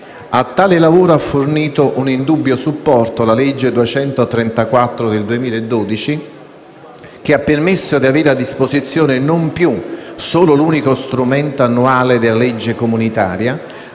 A tale lavoro ha fornito un indubbio supporto la legge n. 234 del 2012, che ha permesso di avere a disposizione non più soltanto l'unico strumento annuale della legge comunitaria,